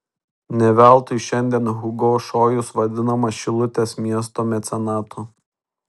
ne veltui šiandien hugo šojus vadinamas šilutės miesto mecenatu